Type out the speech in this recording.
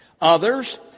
Others